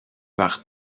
par